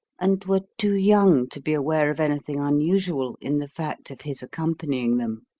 and were too young to be aware of anything unusual in the fact of his accompanying them.